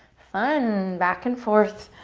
fun! back and forth,